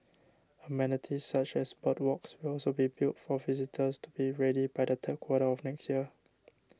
amenities such as boardwalks will also be built for visitors to be ready by the third quarter of next year